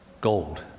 gold